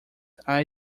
eye